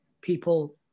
people